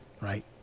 right